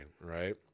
right